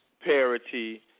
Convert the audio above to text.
parity